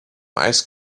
ice